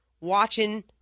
watching